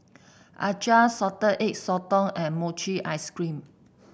Acar Salted Egg Sotong and Mochi Ice Cream